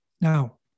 Now